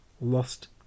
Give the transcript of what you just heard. lost